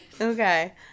Okay